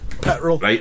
petrol